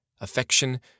affection